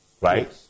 right